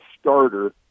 starter